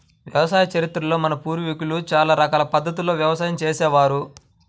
వ్యవసాయ చరిత్రలో మన పూర్వీకులు చాలా రకాల పద్ధతుల్లో వ్యవసాయం చేసే వారు